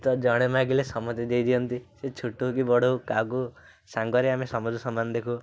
ତ ଜଣେ ମାଗିଲେ ସମସ୍ତେ ଦେଇ ଦିଅନ୍ତି ସେ ଛୋଟ ହେଉକି ବଡ଼ ହେଉ କାହାକୁ ସାଙ୍ଗରେ ଆମେ ସମସ୍ତେ ସମାନ ଦେଖୁ